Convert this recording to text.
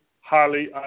highly